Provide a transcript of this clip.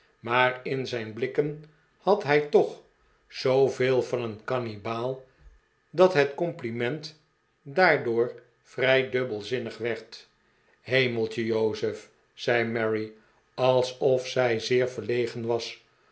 maar in zijn blikken had hij toch zooveel van een kannibaal dat het compliment daardoor vrij dubbelzinnig werd hemeltje jozef zei mary alsof zij zeer verlegen was